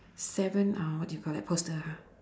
seven uh what do you call that poster ha